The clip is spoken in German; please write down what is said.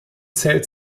zelt